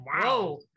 Wow